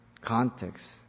Context